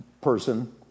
person